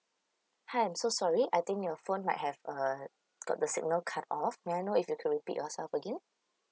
hi I'm so sorry I think your phone might have uh got the signal cut off may I know if you could repeat yourself again